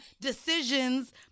decisions